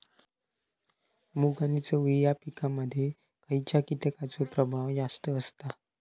मूग आणि चवळी या पिकांमध्ये खैयच्या कीटकांचो प्रभाव जास्त असता?